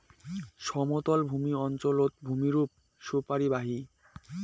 সমতলভূমি অঞ্চলত ভূমিরূপ সুপরিবাহী